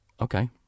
Okay